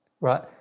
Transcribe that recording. right